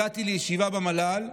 הגעתי לישיבה במל"ל,